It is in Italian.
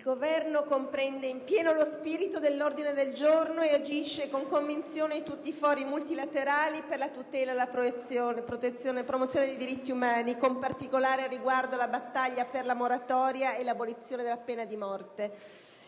Governo comprende in pieno lo spirito dell'ordine del giorno e agisce con convinzione in tutti i fori multilaterali per la tutela e la promozione dei diritti umani, con particolare riguardo alla battaglia per la moratoria e l'abolizione della pena di morte.